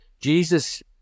Jesus